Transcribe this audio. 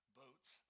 boats